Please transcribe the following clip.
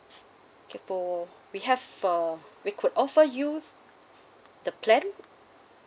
okay so we have uh we could offer you the plan